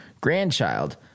grandchild